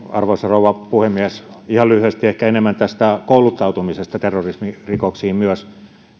arvoisa rouva puhemies ihan lyhyesti ehkä enemmän tästä kouluttautumisesta terrorismirikoksiin myös